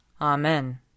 Amen